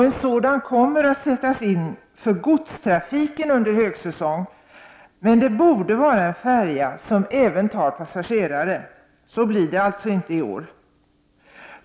En sådan kommer att sättas in för godstrafik under högsäsong, men det borde vara en färja som även tar passagerare. Så blir det alltså inte i år.